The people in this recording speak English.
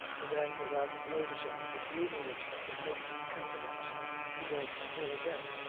then, without noticing the gloominess of the mate's countenance he went in again.